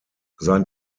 sein